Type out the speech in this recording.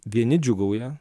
vieni džiūgauja